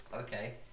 okay